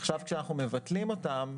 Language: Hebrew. עכשיו כשאנחנו מבטלים אותם,